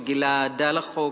שגילה אהדה לחוק,